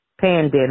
pandemic